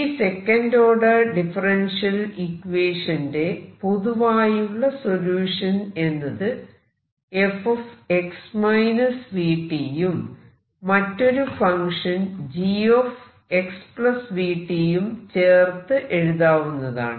ഈ second order differential ഇക്വേഷന്റെ പൊതുവായുള്ള സൊല്യൂഷൻ എന്നത് f യും മറ്റൊരു function g x v t യും ചേർത്ത് എഴുതാവുന്നതാണ്